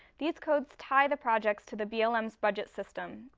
these codes tie the projects to the blm's budget system.